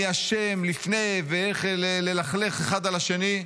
מי אשם לפני ואיך ללכלך אחד על השני.